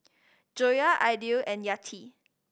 Joyah Aidil and Yati